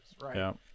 right